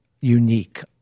unique